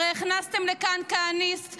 הרי הכנסתם לכאן כהניסט,